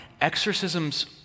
exorcisms